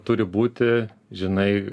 turi būti žinai